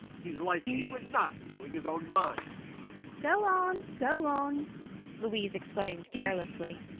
he's like you in not knowing his own mind go on! go on louise exclaimed carelessly.